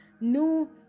no